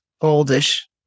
oldish